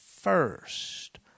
first